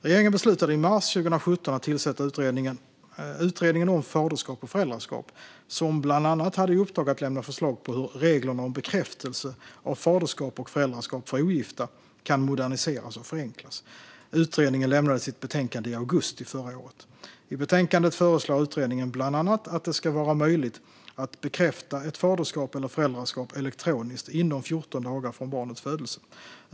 Regeringen beslutade i mars 2017 att tillsätta Utredningen om faderskap och föräldraskap, som bland annat hade i uppdrag att lämna förslag på hur reglerna om bekräftelse av faderskap och föräldraskap för ogifta kan moderniseras och förenklas. Utredningen lämnade sitt betänkande i augusti förra året. I betänkandet föreslår utredningen bland annat att det ska vara möjligt att bekräfta ett faderskap eller föräldraskap elektroniskt inom 14 dagar från barnets födelse.